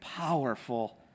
powerful